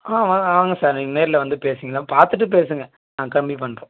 ஆமாம் வாங்க சார் நீங்கள் நேரில் வந்து பேசிங்கள பார்த்துட்டு பேசுங்க நான் கம்மி பண்ணுறோம்